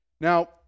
Now